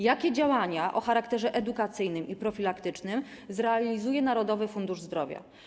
Jakie działania o charakterze edukacyjnym i profilaktycznym zrealizuje Narodowy Fundusz Zdrowia?